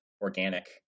organic